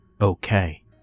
okay